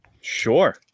sure